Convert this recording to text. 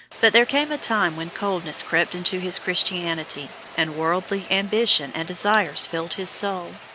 but there came a time when coldness crept into his christianity, and worldly ambition and desires filled his soul.